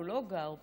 אבל הוא לא גר בו,